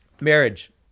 Marriage